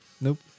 Nope